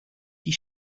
die